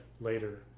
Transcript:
later